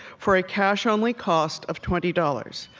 for a cash-only cost of twenty dollars.